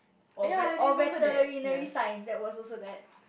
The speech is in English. or vet or veterinary science that was also that